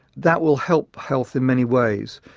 that will help health in many ways,